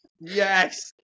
Yes